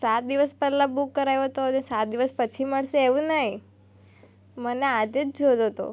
સાત દિવસ પહેલાં બુક કરાવ્યો હતો હજી સાત દિવસ પછી મળશે એવું નહિ મને આજે જ જોતો હતો